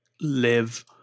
live